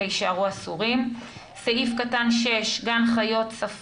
אלה יישארו אסורים, סעיף קטן (6) גן חיות, ספארי,